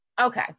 Okay